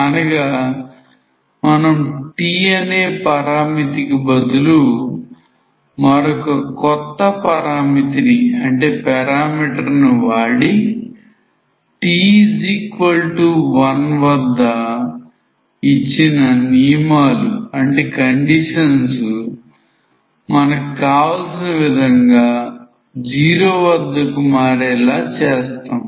అనగా మనం 't' అనే పరామితి కి బదులు మరొక కొత్త పరామితి ని వాడి t1 వద్ద ఇచ్చిన నియమాలు మనకు కావలసిన విధంగా '0' వద్దకు మారేలా చేస్తాం